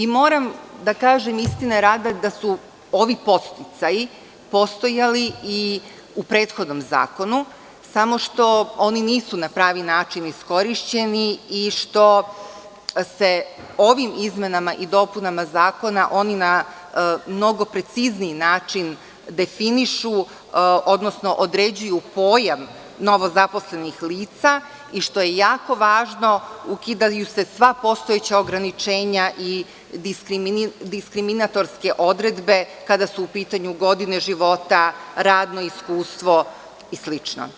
Moram da kažem, istine radi, da su ovi podsticaji postojali i u prethodnom zakonu, samo što oni nisu na pravi način iskorišćeni i što se ovim izmenama i dopunama Zakona oni na mnogo precizniji način definišu, odnosno određuju pojam novozaposlenih lica i što je jako važno – ukidaju se sva postojeća ograničenja i diskriminatorske odredbe kada su u pitanju godine života, radno iskustvo i slično.